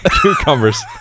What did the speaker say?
cucumbers